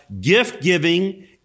gift-giving